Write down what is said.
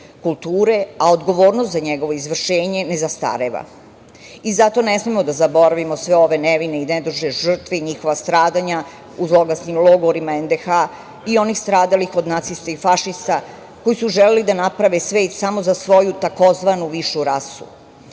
kulture, a odgovornost za njegovo izvršenje ne zastareva. Zato ne smemo da zaboravimo sve ove nevine i nedužne žrtve i njihova stradanja u zloglasnim logorima NDH i onih stradalih kod nacista i fašista koji su želeli da naprave svet samo za svoju tzv. višu rasu,